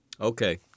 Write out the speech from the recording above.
Okay